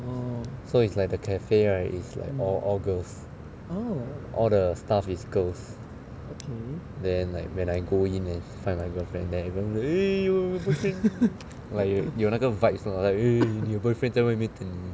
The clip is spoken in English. so it's like the cafe right is like all all girls all the staff is girls then like when I go in and find my girlfriend then everyone like 有那个 vibes lah like your boyfriend 在外面等你